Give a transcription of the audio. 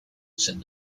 said